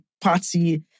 party